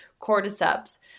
cordyceps